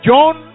John